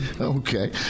Okay